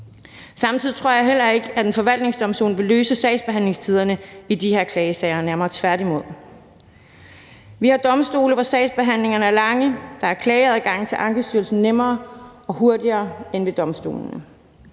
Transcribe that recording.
Samtidig tror jeg heller ikke, at en forvaltningsdomstol vil løse sagsbehandlingstiderne i de her klagesager, nærmere tværtimod. Vi har domstole, hvor sagsbehandlingerne er lange. Der er klageadgangen til Ankestyrelsen nemmere og hurtigere end ved domstolene.